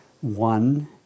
One